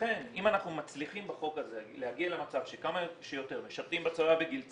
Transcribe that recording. לכן אם אנחנו מצליחים בחוק הזה להגיע למצב שכמה שיותר משרתים בגיל צעיר,